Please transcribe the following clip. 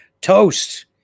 toast